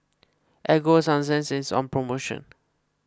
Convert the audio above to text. Ego Sunsense is on promotion